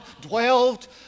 dwelt